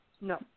No